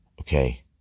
Okay